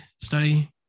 study